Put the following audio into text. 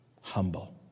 humble